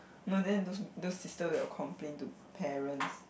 no then those those sisters will complain to parents